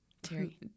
Terry